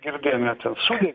girdėjome ten sudegė